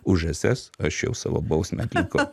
už ss aš jau savo bausmę atlikau